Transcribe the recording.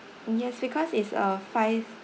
yes because it's a five